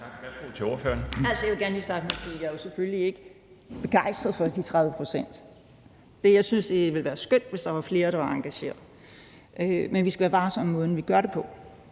jeg vil gerne lige starte med at sige, at jeg jo selvfølgelig ikke er begejstret for de 30 pct. Jeg synes, det ville være skønt, hvis der var flere, der var engageret, men vi skal være varsomme med måden, vi gør det på.